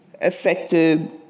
affected